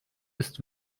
ist